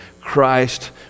Christ